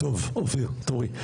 טוב אופיר תורי.